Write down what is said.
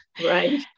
right